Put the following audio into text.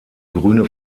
grüne